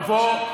אני אבוא,